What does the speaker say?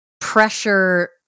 pressure